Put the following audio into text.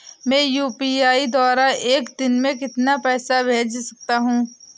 मैं यू.पी.आई द्वारा एक दिन में कितना पैसा भेज सकता हूँ?